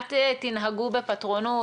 אל תנהגו בפטרונות,